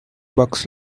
bucks